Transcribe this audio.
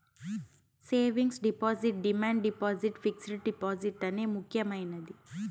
savings deposit demand deposit fixed deposit అనే ముక్యమైనది